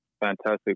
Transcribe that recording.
Fantastic